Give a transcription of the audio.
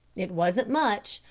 it wasn't much,